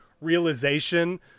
realization